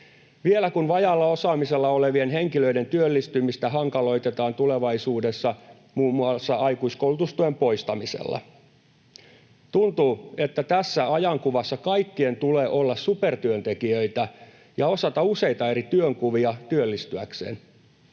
vielä kun vajaalla osaamisella olevien henkilöiden työllistymistä hankaloitetaan tulevaisuudessa muun muassa aikuiskoulutustuen poistamisella. Tuntuu, että tässä ajankuvassa kaikkien tulee olla supertyöntekijöitä ja osata useita eri työnkuvia työllistyäkseen.